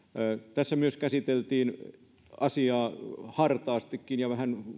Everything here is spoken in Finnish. tässä käsiteltiin asiaa hartaastikin ja vähän